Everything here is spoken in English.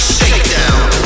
Shakedown